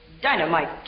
dynamite